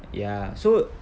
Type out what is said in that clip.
ya so